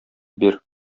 бир